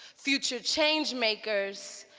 future changemakers,